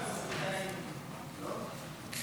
סעיפים 1 14 נתקבלו.